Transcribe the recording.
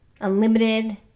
unlimited